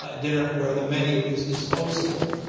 ah dinner where the menu is disposable,